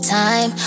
time